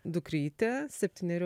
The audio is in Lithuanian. dukrytę septynerių